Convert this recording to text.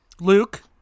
Luke